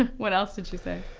ah what else did she say?